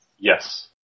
Yes